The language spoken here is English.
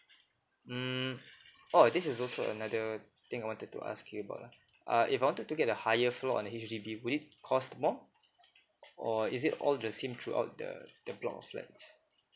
mm oh this is also another thing I wanted to ask you about ah uh if I wanted to get the higher floor on H_D_B would it cost more or is it all the same throughout the the block of flats